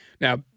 Now